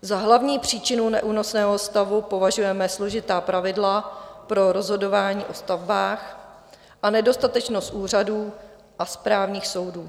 Za hlavní příčinu neúnosného stavu považujeme složitá pravidla pro rozhodování o stavbách a nedostatečnost úřadů a správních soudů.